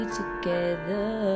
together